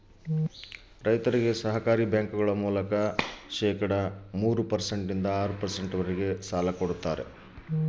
ರೈತರಿಗೆ ಸಹಕಾರಿ ಬ್ಯಾಂಕುಗಳ ಮೂಲಕ ಕೊಡುವ ಸಾಲ ಎಷ್ಟು ಪರ್ಸೆಂಟ್ ಬಡ್ಡಿ ಕೊಡುತ್ತಾರೆ?